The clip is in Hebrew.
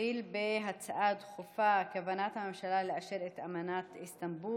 נתחיל בהצעות דחופות לסדר-היום בנושא: